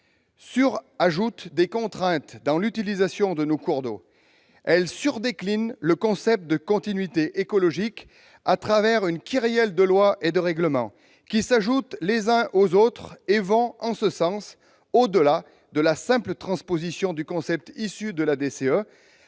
surajoute des contraintes dans l'utilisation de nos cours d'eau, elle surdécline le concept de continuité écologique à travers une kyrielle de lois et de règlements, qui s'ajoutent les uns aux autres et vont, en ce sens, au-delà de la simple transposition du concept issu de la DCE.